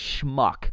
schmuck